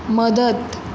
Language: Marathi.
मदत